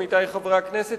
עמיתי חברי הכנסת,